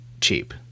cheap